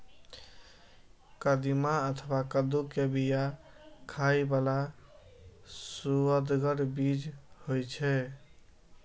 कदीमा अथवा कद्दू के बिया खाइ बला सुअदगर बीज होइ छै